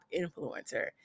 influencer